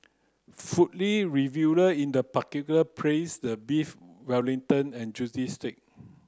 reviewer in the particular praised the Beef Wellington and juicy steak